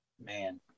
man